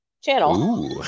channel